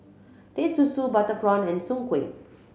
Teh Susu butter prawn and soon kway